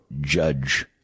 judge